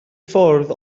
ffordd